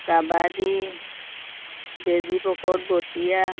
কাবাডী বেজী পকত বটিয়া